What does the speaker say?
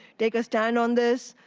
take a stand on this.